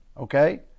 Okay